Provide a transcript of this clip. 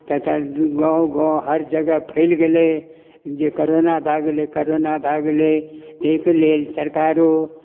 तऽ तहन गाँव गाँव हर जगह फैल गेलै जे करोना भए गेलै करोना भए गेलै तैके लेल सरकारो